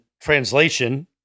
Translation